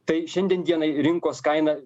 tai šiandien dienai rinkos kaina